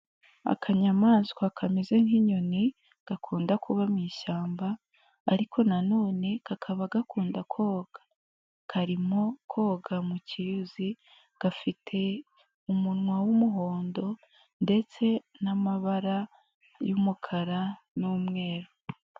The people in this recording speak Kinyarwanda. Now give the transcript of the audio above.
Akanyamaswa kameze nk'inyoni gakunda kuba mu ishyamba ariko nanone kakaba gakunda koga, karimo koga mu cyuzi gafite umunwa w'umuhondo ndetse n'amabara y'umukara n'umweru.